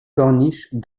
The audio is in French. corniche